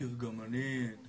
אזכיר גם אני את